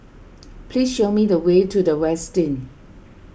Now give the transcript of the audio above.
please show me the way to the Westin